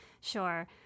Sure